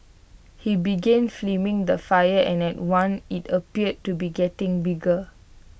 he began filming the fire and at one IT appeared to be getting bigger